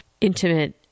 intimate